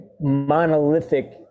monolithic